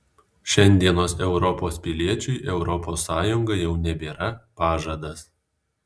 šiandienos europos piliečiui europos sąjunga jau nebėra pažadas